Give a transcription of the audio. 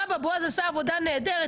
ובוועדת המדע,